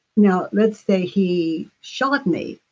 now, let's say he shot me,